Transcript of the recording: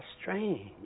strange